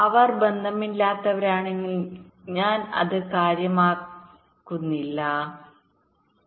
അവർ ബന്ധമില്ലാത്തവരാണെങ്കിൽ ഞാൻ അത് കാര്യമാക്കുന്നില്ല ശരിയാണ്